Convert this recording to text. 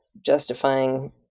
justifying